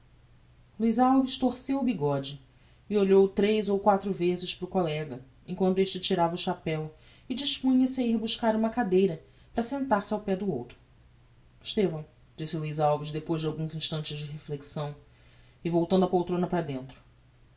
sempre luiz alves torceu o bigode e olhou tres ou quatro vezes para o collega em quanto este tirava o chapeu e dispunha-se a ir buscar uma cadeira para sentar-se ao pé do outro estevão disse luiz alves depois de algums instantes de reflexão e voltando a poltrona para dentro